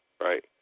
right